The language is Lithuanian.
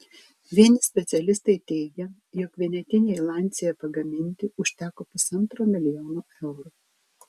vieni specialistai teigia jog vienetinei lancia pagaminti užteko pusantro milijono eurų